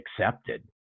accepted